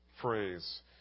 phrase